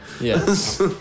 Yes